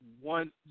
one